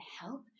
help